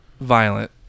violent